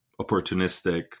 opportunistic